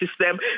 system